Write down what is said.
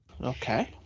Okay